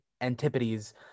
antipodes